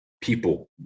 people